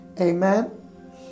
Amen